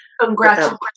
Congratulations